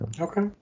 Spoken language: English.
Okay